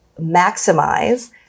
maximize